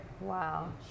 Wow